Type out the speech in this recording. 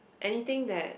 anything that